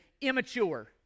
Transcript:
immature